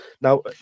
Now